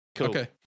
Okay